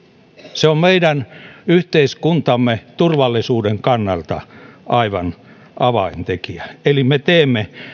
se on meidän yhteiskuntamme turvallisuuden kannalta aivan avaintekijä eli me teemme